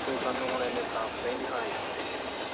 ਸੋ ਸਾਨੂੰ ਹੁਣ ਇੰਨੇ ਸਾਫ਼ ਨਹੀਂ ਦਿਖਾਈ ਦਿੰਦੇ